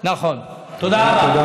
צריך לתקן את זה בחוק.